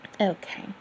Okay